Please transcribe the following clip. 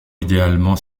idéalement